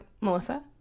Melissa